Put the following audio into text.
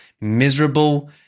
miserable